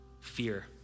fear